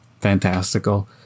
fantastical